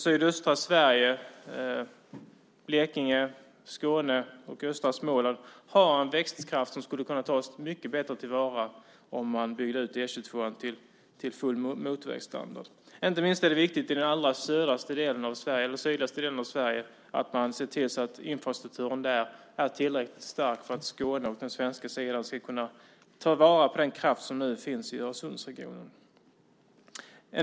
Sydöstra Sverige, Blekinge, Skåne och östra Småland, har en växtkraft som skulle kunna tas mycket bättre till vara om man byggde ut E 22 till full motorvägsstandard. Inte minst är det viktigt att man ser till att infrastrukturen i den allra sydligaste delen av Sverige är tillräckligt stark för att Skåne och den svenska sidan ska kunna ta vara på den kraft som nu finns i Öresundsregionen.